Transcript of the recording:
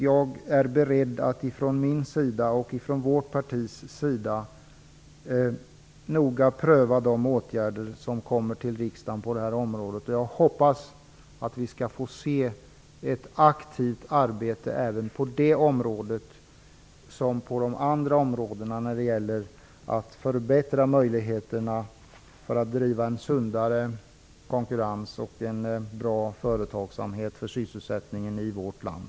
Jag är beredd att från min och mitt partis sida noga pröva de förslag till åtgärder som läggs fram för riksdagen på området. Jag hoppas att vi skall få se ett aktivt arbete när det gäller att förbättra möjligheterna att driva en sundare konkurrens och att det skall bli en bra företagsamhet som är bra för sysselsättningen i vårt land.